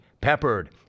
peppered